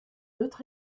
autre